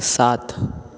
सात